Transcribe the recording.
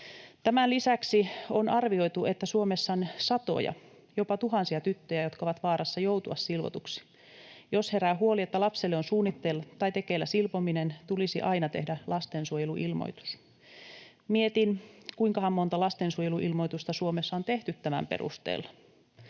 Tämän lisäksi on arvioitu, että Suomessa on satoja, jopa tuhansia tyttöjä, jotka ovat vaarassa joutua silvotuksi. Jos herää huoli, että lapselle on suunnitteilla tai tekeillä silpominen, tulisi aina tehdä lastensuojeluilmoitus. Mietin, kuinkahan monta lastensuojeluilmoitusta Suomessa on tehty tämän perusteella.